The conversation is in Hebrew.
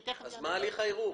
אז מה הליך הערעור?